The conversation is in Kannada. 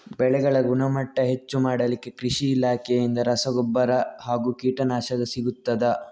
ಬೆಳೆಗಳ ಗುಣಮಟ್ಟ ಹೆಚ್ಚು ಮಾಡಲಿಕ್ಕೆ ಕೃಷಿ ಇಲಾಖೆಯಿಂದ ರಸಗೊಬ್ಬರ ಹಾಗೂ ಕೀಟನಾಶಕ ಸಿಗುತ್ತದಾ?